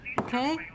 okay